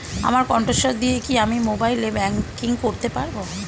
আমার কন্ঠস্বর দিয়ে কি আমি মোবাইলে ব্যাংকিং করতে পারবো?